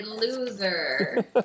loser